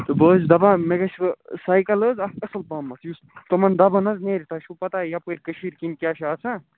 تہٕ بہٕ حظ چھُس دپان مےٚ گژھوٕ سایِکَل حظ اَتھ اَصٕل پہمتھ یُس تمَن دبن حظ نٮ۪رِ تۄہہِ چھُو پتا یَپٲرۍ کٔشیٖرۍ کِنۍ کیٛاہ چھِ آسان